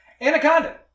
Anaconda